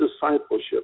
discipleship